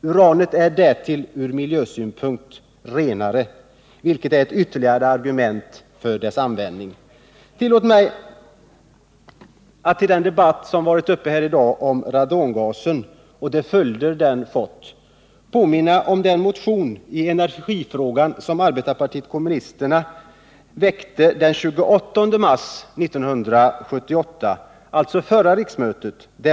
Uranet är därtill renare från miljösynpunkt, vilket är ett ytterligare argument för dess användning. Tillåt mig att i anslutning till den debatt som förevarit här i dag om radongasen och de följder den fått påminna om den motion i energifrågan som arbetarpartiet kommunisterna väckte den 28 mars 1978 och som lämnades till förra riksmötet.